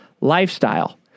lifestyle